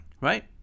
right